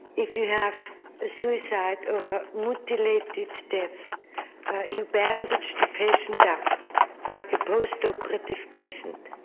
if you have a suicide or a mutilated death you bandage the patient up like a post-operative patient.